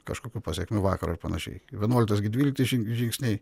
kažkokių pasekmių vakaro ir panašiai vienuolikas gi dvyliktas žin žingsniai